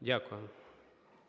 Дякую.